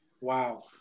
wow